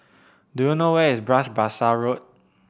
do you know where is Bras Basah Road